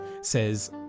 says